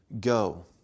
Go